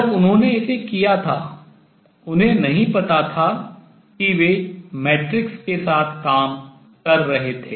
जब उन्होंने इसे किया था उन्हें नहीं पता था कि वे मैट्रिक्स के साथ काम कर रहे थे